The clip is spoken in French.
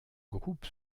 groupe